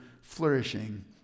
flourishing